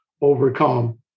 overcome